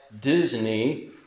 Disney